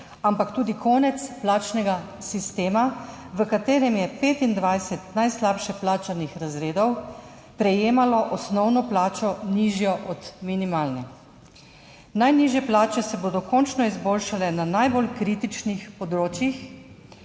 ampak tudi konec plačnega sistema, v katerem je 25 najslabše plačanih razredov prejemalo osnovno plačo nižjo od minimalne. Najnižje plače se bodo končno izboljšale na najbolj kritičnih področjih